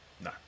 No